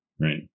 Right